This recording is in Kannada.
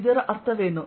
ಅದರ ಅರ್ಥವೇನು